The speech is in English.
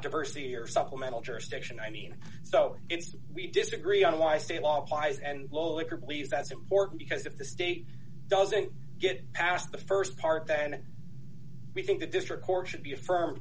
diversity or supplemental jurisdiction i mean so if we disagree on why state law applies and loic or believe that's important because if the state doesn't get past the st part then we think the district court should be affirm